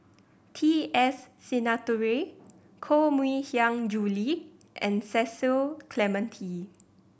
T S Sinnathuray Koh Mui Hiang Julie and Cecil Clementi